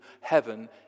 heaven